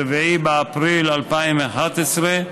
4 באפריל 2011,